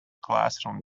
classroom